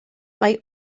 mae